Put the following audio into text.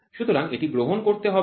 সুতরাং এটি গ্রহণ করতে হবে